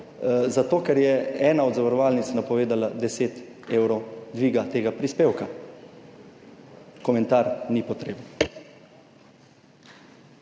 zato, ker je ena od zavarovalnic napovedala 10 evrov dviga tega prispevka. Komentar ni potreben.